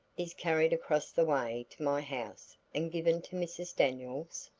is carried across the way to my house and given to mrs. daniels.